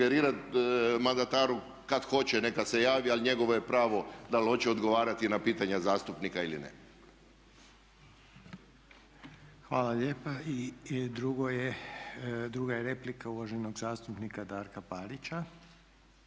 sugerirati mandataru kad hoće, kad se javi ali njegovo je pravo da li hoće odgovarati na pitanja zastupnika ili ne. **Reiner, Željko (HDZ)** Hvala lijepa. I druga je replika uvaženog zastupnika Darka Parića,